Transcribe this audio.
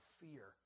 fear